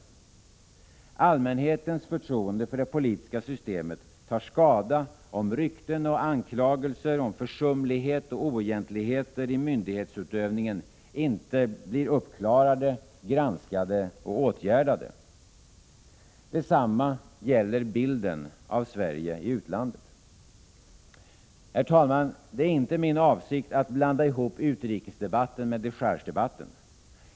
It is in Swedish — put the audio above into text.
Allmänhetens förtroende för det politiska systemet tar skada om rykten och anklagelser om försumlighet och oegentligheter i myndighetsutövningen inte blir uppklarade, granskade och åtgärdade. Detsamma gäller bilden av Sverige i utlandet. Herr talman! Det är inte min avsikt att blanda ihop utrikesdebatten med dechargedebatten.